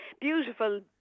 beautiful